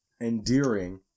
endearing